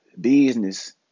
business